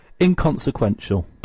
Inconsequential